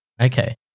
okay